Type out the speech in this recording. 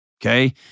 okay